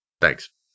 thanks